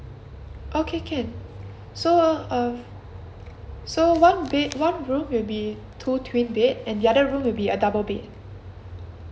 okay can so uh so one bed one room will be two twin bed and the other will be a double bed